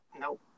nope